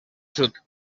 sud